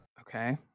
Okay